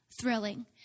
thrilling